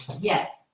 Yes